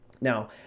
Now